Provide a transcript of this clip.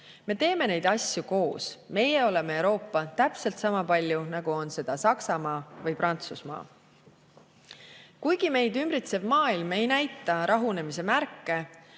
Me teeme neid asju koos. Meie oleme Euroopa täpselt sama palju, nagu on seda Saksamaa või Prantsusmaa. Kuigi meid ümbritsev maailm ei näita rahunemise märke